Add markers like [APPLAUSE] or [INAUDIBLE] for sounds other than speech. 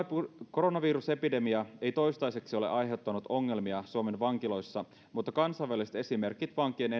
koronavirusepidemia ei toistaiseksi ole aiheuttanut ongelmia suomen vankiloissa mutta kansainväliset esimerkit vankien [UNINTELLIGIBLE]